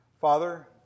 Father